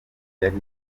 yari